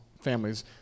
families